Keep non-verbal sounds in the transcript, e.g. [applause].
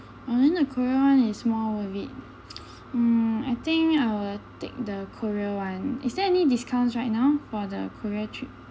I think the korea one is more worth it [noise] mm I think I will take the korea one is there any discounts right now for the korea trip